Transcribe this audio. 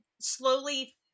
slowly